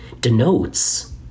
denotes